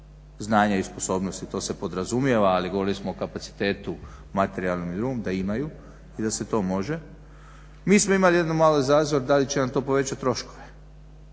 znanja i sposobnosti to se podrazumijeva. Ali govorili smo o kapacitetu materijalnom i drugom da imaju i da se to može. Mi smo imali jedan mali zazor da li će vam to povećat troškove